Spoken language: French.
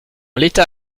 l’état